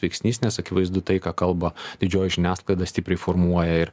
veiksnys nes akivaizdu tai ką kalba didžioji žiniasklaida stipriai formuoja ir